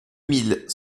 mille